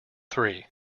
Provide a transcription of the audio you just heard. three